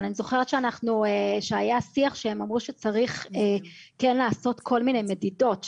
אבל אני זוכרת שהיה שיח שהם אמרו שצריך כן לעשות כל מיני מדידות,